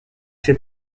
fait